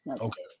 okay